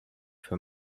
für